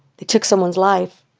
they took someone's life.